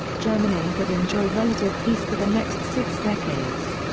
germany would enjoy relative peace for the next six decades.